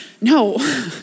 no